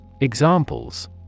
Examples